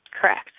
Correct